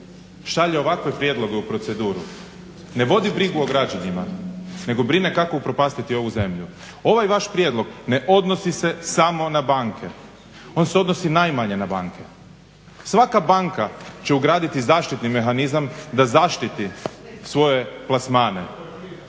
šalje ovakve prijedloge u proceduru ne vodi brigu o građanima nego brine kako upropastiti ovu zemlju. Ovaj vaš prijedlog ne odnosi se samo na banke, on se odnosi najmanje na banke. Svaka banka će ugraditi zaštitni mehanizam da zaštiti svoje plasmane.